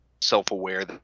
self-aware